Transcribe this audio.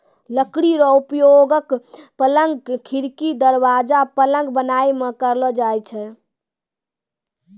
लकड़ी रो उपयोगक, पलंग, खिड़की, दरबाजा, पलंग बनाय मे करलो जाय छै